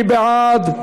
מי בעד?